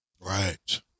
Right